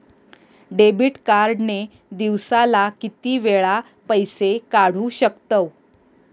Debit card ने दिवसाला किती वेळा पैसे काढू शकतव?